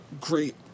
great